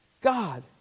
God